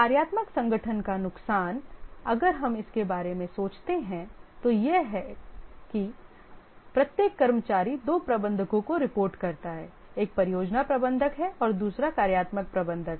कार्यात्मक संगठन का नुकसान अगर हम इसके बारे में सोचते हैं तो एक यह है कि प्रत्येक कर्मचारी दो प्रबंधकों को रिपोर्ट करता है एक परियोजना प्रबंधक है और दूसरा कार्यात्मक प्रबंधक है